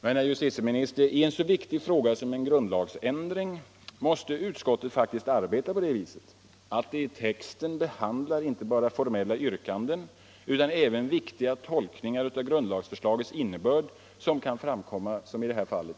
Men, herr justitieminister, i en så viktig fråga som en grundlagsändring måste utskottet faktiskt arbeta på det viset att det i texten behandlar inte bara formella yrkanden, utan även viktiga tolkningar av grundlagsförslagets innebörd som kan framkomma